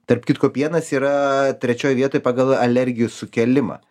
tarp kitko pienas yra trečioj vietoj pagal alergijų sukėlimą